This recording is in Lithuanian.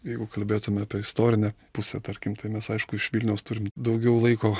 jeigu kalbėtume apie istorinę pusę tarkim tai mes aišku iš vilniaus turim daugiau laiko